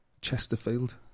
Chesterfield